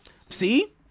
See